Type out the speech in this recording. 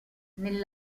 nel